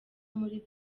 muri